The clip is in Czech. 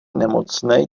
nemocnej